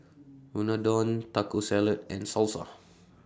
Unadon Taco Salad and Salsa